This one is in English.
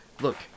Look